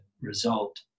result